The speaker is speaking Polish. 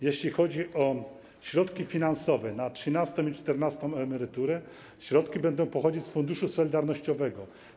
Jeśli chodzi o środki finansowe na trzynastą i czternastą emeryturę, to będą one pochodzić z Funduszu Solidarnościowego.